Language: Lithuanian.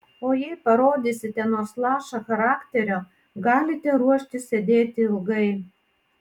o jei parodysite nors lašą charakterio galite ruoštis sėdėti ilgai